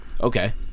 Okay